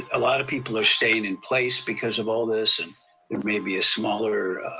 a lot of people are staying in place because of all this, and there may be a smaller.